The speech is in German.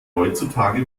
heutzutage